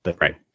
Right